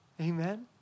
Amen